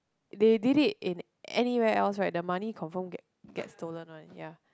they did it in anywhere else right the money confirm get get stolen one ya